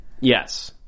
yes